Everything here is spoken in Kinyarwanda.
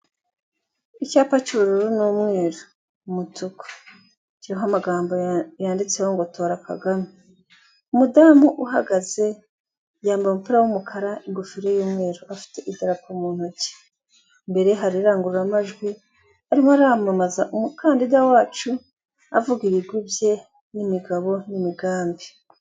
Icyapa cy'ubururu n'umweruru, umutuku kiriho amagambo yanditseho ngo tora Kagame, umudamu uhagaze yambaye umupira w'umukara, ingofero y'umweru, afite idarapo mu ntoki. Imbere ye hari irangururamajwi arimo aramamaza umukandida wacu avuga ibigwi bye n'imigabo n'imigambi.